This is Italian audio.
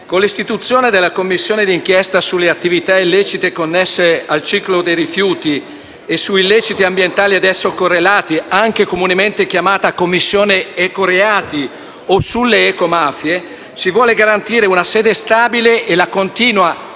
con l'istituzione della Commissione d'inchiesta sulle attività illecite connesse al ciclo dei rifiuti e su illeciti ambientali ad esso correlati, comunemente chiamata Commissione ecoreati o sulle ecomafie, si vogliono garantire una sede stabile e la continua operatività